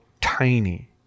tiny